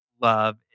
love